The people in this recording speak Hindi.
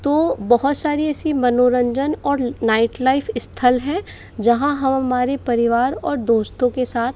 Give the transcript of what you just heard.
तो बहुत सारी ऐसी मनोरंजन और नाईट लाइफ स्थल हैं जहाँ हम हमारे परिवार और दोस्तों के साथ